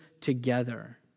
together